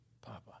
papa